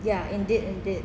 ya indeed indeed